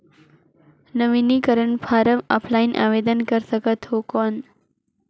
नवीनीकरण form offline आवेदन कर सकत हो कौन?